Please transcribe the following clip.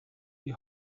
die